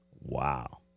Wow